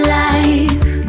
life